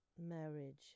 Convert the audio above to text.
marriage